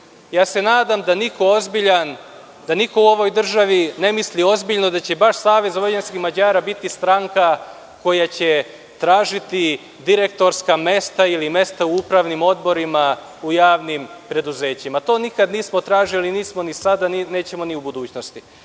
Nadam se da niko ozbiljan, da niko u ovoj državi ne misli ozbiljno da će baš SVM biti stranka koja će tražiti direktorska mesta ili mesta u upravnim odborima, u javnim preduzećima. To nikad nismo tražili, nismo ni sada, nećemo ni u budućnosti. Ali,